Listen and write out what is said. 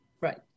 Right